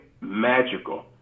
magical